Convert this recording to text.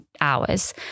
hours